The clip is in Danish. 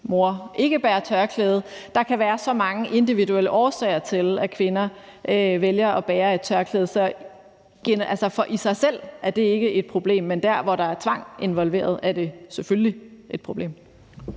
mor ikke bærer tørklæde. Der kan være så mange individuelle årsager til, at kvinder vælger at bære et tørklæde, så i sig selv er det ikke et problem. Men der, hvor der er tvang involveret, er det selvfølgelig et problem.